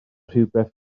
rhywbeth